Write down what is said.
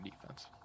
defense